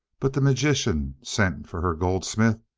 but the magician sent for her goldsmith,